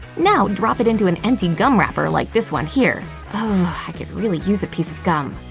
now drop it into an empty gum wrapper like this one here. oh i can really use a piece of gum